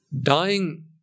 dying